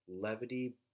levity